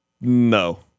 No